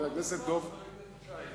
חבר הכנסת דב חנין.